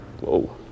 whoa